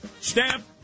Stamp